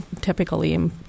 typically